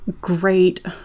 great